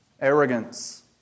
Arrogance